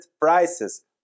prices